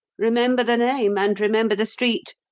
remember the name and remember the street,